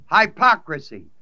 hypocrisy